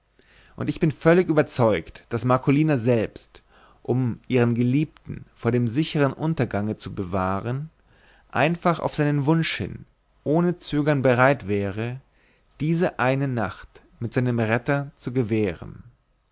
und ich bin völlig überzeugt daß marcolina selbst um ihren geliebten vor dem sicheren untergange zu bewahren einfach auf seinen wunsch hin ohne zögern bereit wäre diese eine nacht seinem retter zu gewähren